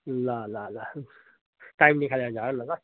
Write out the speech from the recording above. ल ल ल टाइम निकालेर झरन ल